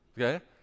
okay